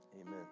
Amen